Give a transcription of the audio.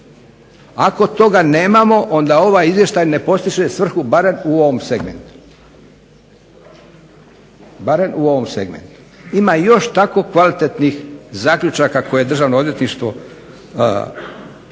Ako toga nemamo onda ovaj izvještaj ne postiže svrhu barem u ovom segmentu. Ima još tako kvalitetnih zaključaka koje državno odvjetništvo